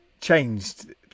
changed